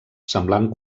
semblant